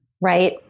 right